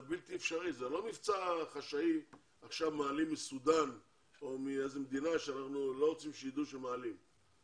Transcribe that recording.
זה לא מבצע חשאי שמעלים אנשים ממדינה שלא רוצים שידעו שמעלים ממנה.